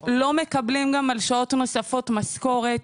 לא מקבלים גם על שעות נוספות משכורת.